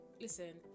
listen